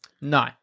No